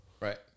Right